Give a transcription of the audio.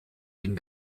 une